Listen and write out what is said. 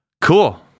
Cool